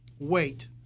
wait